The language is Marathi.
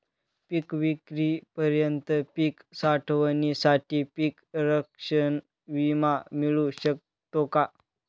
पिकविक्रीपर्यंत पीक साठवणीसाठी पीक संरक्षण विमा मिळू शकतो का?